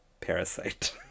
Parasite